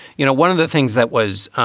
you know, one of the things that was